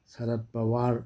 shirt power